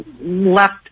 left